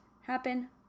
happen